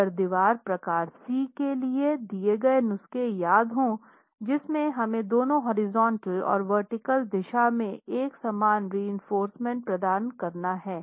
अगर दीवार प्रकार सी के लिए दिए गए नुस्खे याद हो जिसमें हमें दोनों हॉरिजॉन्टल और वर्टीकल दिशा में एक समान रीइनफोर्रसमेंट प्रदान करना है